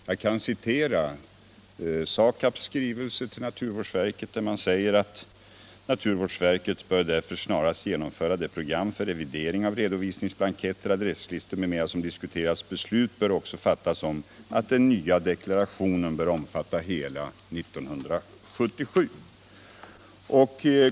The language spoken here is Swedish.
Jag kan citera SAKAB:s skrivelse till naturvårdsverket, där man säger: Naturvårdsverket bör därför snarast genomföra det program för revidering av redovisningsblanketter, adresslistor m.m. som diskuteras. Beslut bör också fattas om att den nya deklarationen bör omfatta hela 1977.